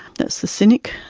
that's the cynic.